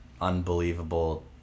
unbelievable